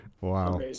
Wow